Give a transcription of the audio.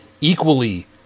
equally